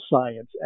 science